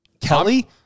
Kelly